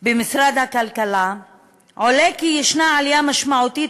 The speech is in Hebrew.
של משרד הכלכלה עולה כי יש עלייה משמעותית